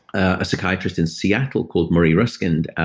a psychiatrist in seattle called murray raskind,